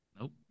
Nope